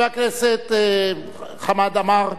חבר הכנסת חמד עמאר.